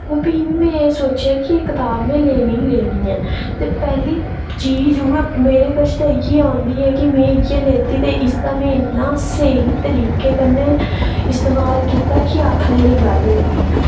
ते भी बी में सोचेआ की एह् कताब में लैनी गै लैनी ऐ ते पैह्ली चीज उ'ऐ कि मेरे कश ते इयै आंदी ऐ कि में इ'यै लैती ते इसदा में इन्ना स्हेई तरीकै कन्नै इस्तेमाल कीता कि आखने दी गल्ल गै निं ऐ